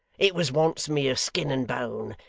it was once mere skin and bone,